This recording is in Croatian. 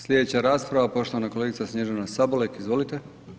Slijedeća rasprava, poštovana kolegica Snježana Sabolek, izvolite.